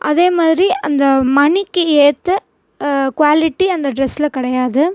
அதே மாதிரி அந்த மணிக்கு ஏற்ற குவாலிட்டி அந்த ட்ரஸில் கிடையாது